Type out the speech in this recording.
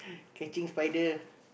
catching spider